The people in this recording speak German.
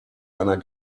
einer